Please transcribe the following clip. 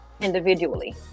individually